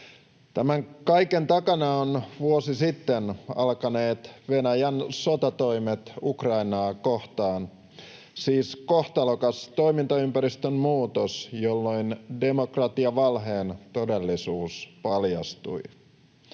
Tämän kaiken takana ovat vuosi sitten alkaneet Venäjän sotatoimet Ukrainaa kohtaan, siis kohtalokas toimintaympäristön muutos, jolloin demokratiavalheen todellisuus paljastui.